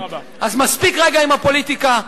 אז מספיק רגע עם הפוליטיקה,